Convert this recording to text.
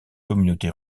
communauté